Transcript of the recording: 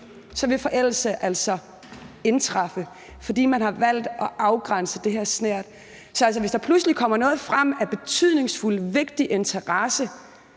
vil forældelse altså indtræffe, fordi man har valgt at afgrænse det her snævert. Så hvis der pludselig kommer noget frem, som er betydningsfuldt og af vigtig interesse,